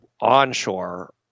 onshore